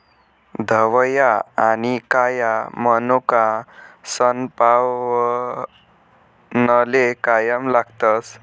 धवया आनी काया मनोका सनपावनले कायम लागतस